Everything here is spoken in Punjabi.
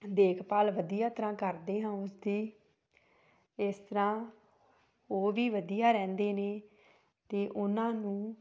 ਦੇਖਭਾਲ ਵਧੀਆ ਤਰ੍ਹਾਂ ਕਰਦੇ ਹਾਂ ਉਸਦੀ ਇਸ ਤਰ੍ਹਾਂ ਓਹ ਵੀ ਵਧੀਆ ਰਹਿੰਦੇ ਨੇ ਅਤੇ ਉਹਨਾਂ ਨੂੰ